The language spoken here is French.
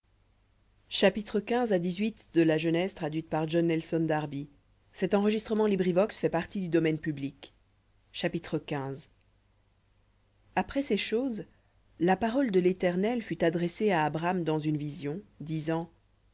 après ces choses la parole de l'éternel fut à abram dans une vision